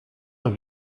een